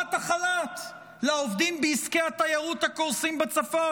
הארכת החל"ת לעובדים בעסקי התיירות הקורסים בצפון,